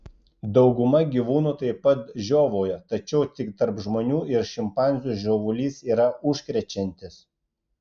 dauguma gyvūnų taip pat žiovauja tačiau tik tarp žmonių ir šimpanzių žiovulys yra užkrečiantis